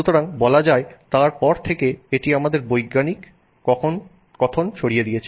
সুতরাং বলা যায় তার পর থেকে এটি আমাদের বৈজ্ঞানিক কথন ছড়িয়ে দিয়েছে